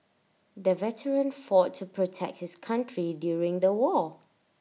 the veteran fought to protect his country during the war